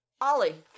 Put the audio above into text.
Ollie